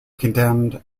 condemned